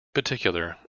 particular